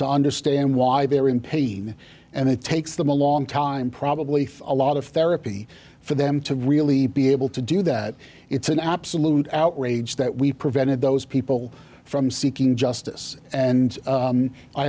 to understand why they're in pain and it takes them a long time probably a lot of therapy for them to really be able to do that it's an absolute outrage that we prevented those people from seeking justice and